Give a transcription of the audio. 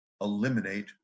eliminate